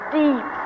deep